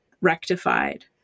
rectified